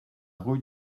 rue